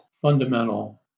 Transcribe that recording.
fundamental